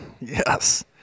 Yes